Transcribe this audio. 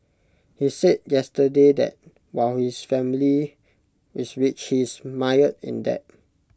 he said yesterday that while his family is rich he is mired in debt